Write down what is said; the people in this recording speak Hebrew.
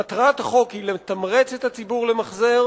מטרת החוק היא לתמרץ את הציבור למחזר